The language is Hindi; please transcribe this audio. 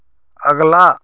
अगला